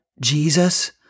Jesus